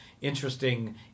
interesting